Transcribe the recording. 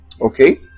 Okay